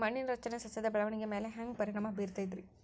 ಮಣ್ಣಿನ ರಚನೆ ಸಸ್ಯದ ಬೆಳವಣಿಗೆ ಮ್ಯಾಲೆ ಹ್ಯಾಂಗ್ ಪರಿಣಾಮ ಬೇರತೈತ್ರಿ?